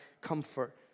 comfort